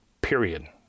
period